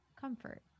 comfort